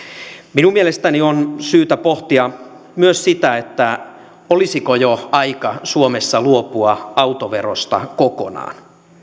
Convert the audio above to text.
minun mielestäni on syytä pohtia myös sitä olisiko jo aika suomessa luopua autoverosta kokonaan